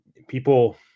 people